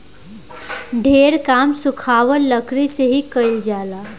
ढेर काम सुखावल लकड़ी से ही कईल जाला